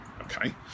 okay